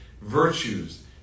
virtues